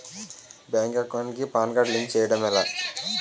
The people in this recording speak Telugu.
బ్యాంక్ అకౌంట్ కి పాన్ కార్డ్ లింక్ చేయడం ఎలా?